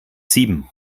sieben